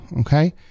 okay